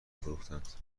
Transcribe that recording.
فروختند